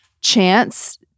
chance